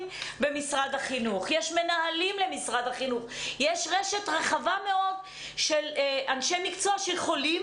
במשרד החינוך ורשת רחבה מאוד של אנשי מקצוע שיכולים